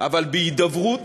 אבל בהידברות,